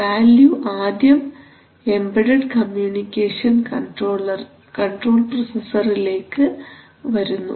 value ആദ്യം embedded communication controller പ്രോസസറിലേക്ക് വരുന്നു